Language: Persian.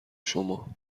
شما